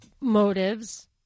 motives